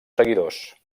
seguidors